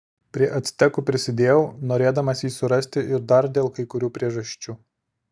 prie actekų prisidėjau norėdamas jį surasti ir dar dėl kai kurių priežasčių